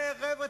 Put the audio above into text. אומר: חבר'ה,